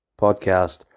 podcast